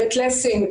בית לסין,